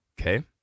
Okay